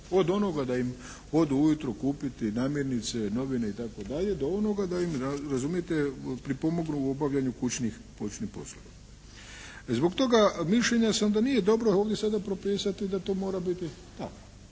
od onoga da im odu u jutro kupiti namirnice, novine itd. do onoga da im razumite, pripomognu u obavljanju kućnih poslova. Zbog toga mišljenja sam da nije dobro ovdje sada propisati da to mora biti tako.